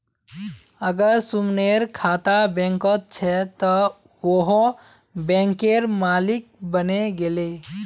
अगर सुमनेर खाता बैंकत छ त वोहों बैंकेर मालिक बने गेले